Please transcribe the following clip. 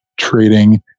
Trading